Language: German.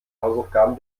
hausaufgaben